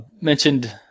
Mentioned